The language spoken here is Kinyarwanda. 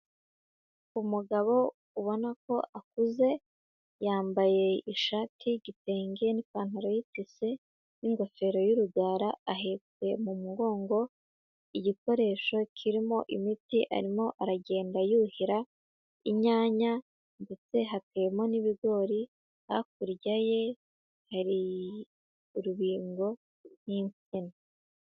Umugabo ubona ko akuze, yambaye ishati y'igitenge n'ipantaro y'itise n'ingofero y'urugara, ahetse mu mugongo igikoresho kirimo imiti, arimo aragenda yuhira inyanya ndetse hateyemo n'ibigori, hakurya ye hari urubingo n'insina.